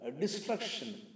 destruction